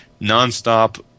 nonstop